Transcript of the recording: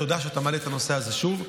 תודה על שאתה מעלה את הנושא הזה שוב.